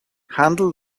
handle